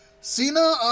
Cena